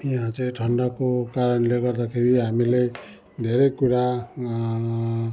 त्यहाँ चिह ठन्डाको कारणले गर्दाखेरि हामीलाई धेरै कुरा